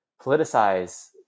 politicize